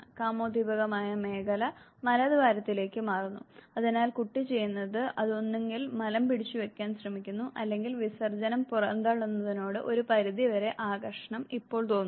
കാമോദ്ദീപകമായ മേഖല മലദ്വാരത്തിലേക്ക് മാറുന്നു അതിനാൽ കുട്ടി ചെയ്യുന്നത് അത് ഒന്നുകിൽ മലം പിടിച്ചുവെയ്ക്കാൻ ശ്രമിക്കുന്നു അല്ലെങ്കിൽ വിസർജ്ജനം പുറന്തള്ളുന്നതിനോട് ഒരു പരിധിവരെ ആകർഷണം ഇപ്പോൾ തോന്നുന്നു